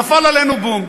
נפל עלינו, בום.